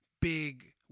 big